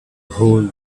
whole